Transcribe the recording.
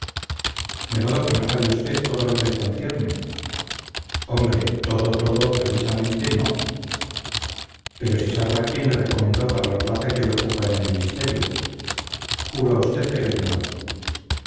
de modo que no sabe usted todo lo que le concierne hombre todo todo precisamente no pero sí sabrá quién le recomendó para la plaza que hoy ocupa en el ministerio juro a usted que lo ignoro